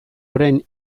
orain